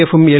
എഫും എൽ